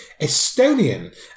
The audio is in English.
Estonian